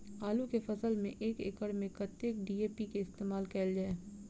आलु केँ फसल मे एक एकड़ मे कतेक डी.ए.पी केँ इस्तेमाल कैल जाए?